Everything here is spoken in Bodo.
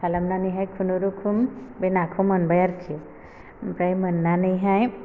खालामनानैहाय खुनु रुखुम बे नाखौ मोनबाय आरखि आमफाय मोन्नानैहाय